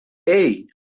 hey